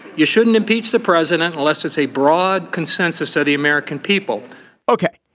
you shouldn't impeach the president unless it's a broad consensus of the american people ok,